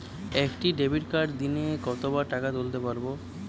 একটি ডেবিটকার্ড দিনে কতবার টাকা তুলতে পারব?